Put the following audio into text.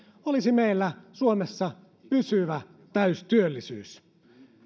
meillä olisi suomessa pysyvä täystyöllisyys